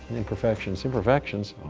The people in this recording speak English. imperfections, imperfections?